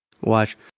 watch